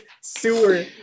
sewer